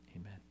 amen